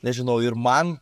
nežinau ir man